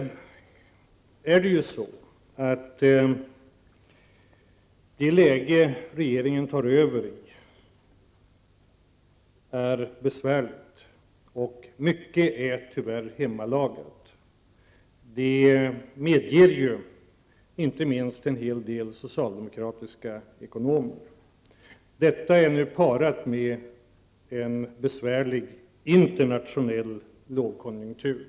Det läge som regeringen tar över är besvärligt, och mycket är tyvärr hemmalagat. Det medger inte minst en hel del socialdemokratiska ekonomer. Detta är nu parat med en besvärlig internationell lågkonjunktur.